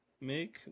make